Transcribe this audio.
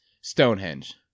Stonehenge